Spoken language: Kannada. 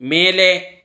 ಮೇಲೆ